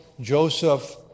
Joseph